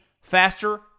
faster